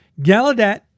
Gallaudet